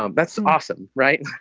um that's awesome, right?